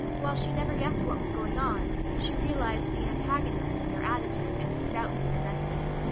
while she never guessed what was going on, she realized the antagonism in their attitude and stoutly resented it.